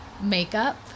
makeup